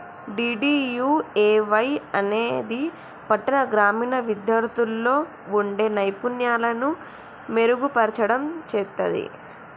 DDUAY అనేది పట్టాణ, గ్రామీణ విద్యార్థుల్లో వుండే నైపుణ్యాలను మెరుగుపర్చడం చేత్తది